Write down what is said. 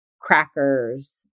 crackers